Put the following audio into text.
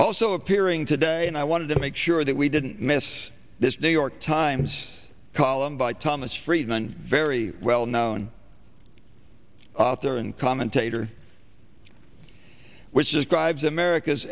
also appearing today and i wanted to make sure that we didn't miss this new york times column by thomas friedman very well known author and commentator which just drives america's